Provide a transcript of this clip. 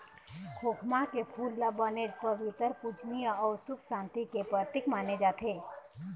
खोखमा के फूल ल बनेच पबित्तर, पूजनीय अउ सुख सांति के परतिक माने जाथे